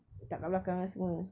letak kat belakang ah semua